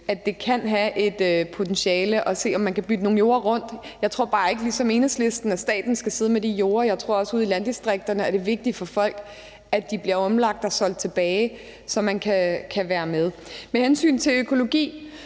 For det kan have et potentiale at se, om man kan bytte nogle jorder rundt. Jeg tror bare ikke, ligesom Enhedslisten, at staten skal sidde med de jorder. Jeg tror også, at ude i landdistrikterne er det vigtigt for folk, at de bliver omlagt og solgt tilbage, så man kan være med. Med hensyn til økologi